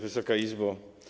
Wysoka Izbo!